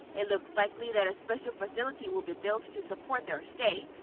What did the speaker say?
it looks likely that a special facility would be built to support their stay.